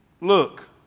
Look